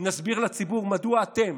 נסביר לציבור מדוע אתם